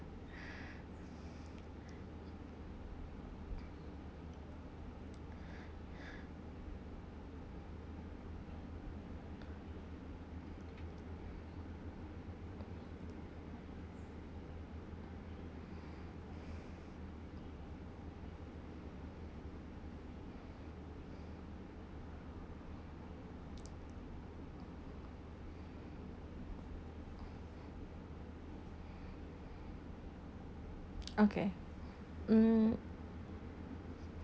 okay um